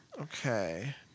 Okay